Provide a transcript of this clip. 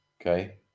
okay